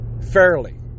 Fairly